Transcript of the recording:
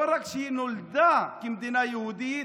לא רק שהיא נולדה כמדינה יהודית,